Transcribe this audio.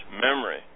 memory